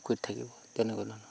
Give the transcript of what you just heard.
পুখুৰীত থাকিব তেনেকুৱা ধৰণৰ